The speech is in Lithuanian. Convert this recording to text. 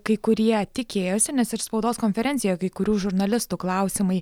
kai kurie tikėjosi nes ir spaudos konferencijoje kai kurių žurnalistų klausimai